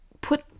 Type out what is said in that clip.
put